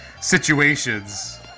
situations